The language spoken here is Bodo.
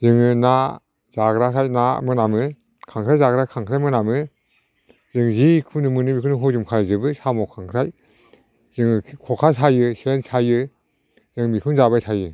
जोङो ना जाग्राखाय ना मोनामो खांख्राय जाग्राया खांख्राइ मोनामो जों जिखुनु मोनो बेखौनो हजम खालामजोबो साम' खांख्राय जों खखा सायो सेन सायो जों बेखौनो जाबाय थायो